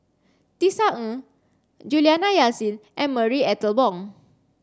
Tisa Ng Juliana Yasin and Marie Ethel Bong